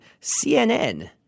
CNN